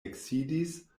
eksidis